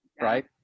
right